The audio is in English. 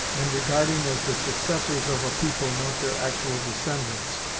and regarding as the successors of a people not their actual descendants,